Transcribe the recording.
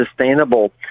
sustainable